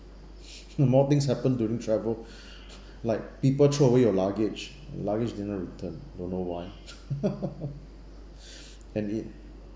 more things happen during travel like people throw away your luggage your luggage didn't return don't know why and it